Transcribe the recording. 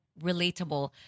relatable